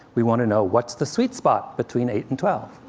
we want to know what's the sweet spot between eight and twelve?